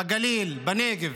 בגליל, בנגב?